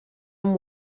amb